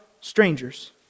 strangers